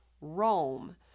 Rome